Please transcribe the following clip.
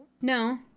no